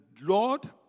Lord